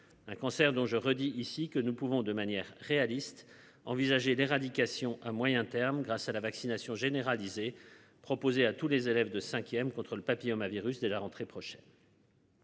Un cancer dont je redis ici que nous pouvons de manière réaliste envisager d'éradication à moyen terme, grâce à la vaccination généralisée proposé à tous les élèves de 5ème contre le papillomavirus dès la rentrée prochaine.